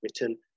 written